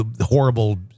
horrible